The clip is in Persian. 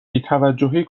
بیتوجهی